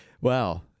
wow